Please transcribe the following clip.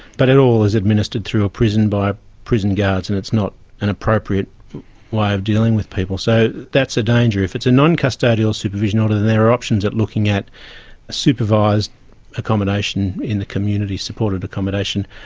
but it all is administered through a prison by prison guards, so and it's not an appropriate way of dealing with people. so that's a danger. if it's a non-custodial supervision order there are options at looking at supervised accommodation in the community, supported accommodation.